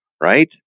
right